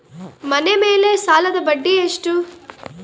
ಮನೆ ಮೇಲೆ ಸಾಲದ ಬಡ್ಡಿ ಎಷ್ಟು?